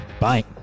Bye